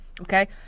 okay